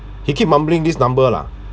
he keep mumbling this number lah